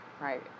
Right